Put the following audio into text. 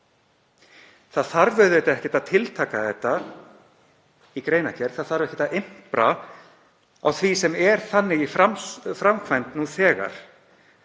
Það þarf auðvitað ekki að tiltaka þetta í greinargerð. Það þarf ekkert að impra á því sem er þannig í framkvæmd nú þegar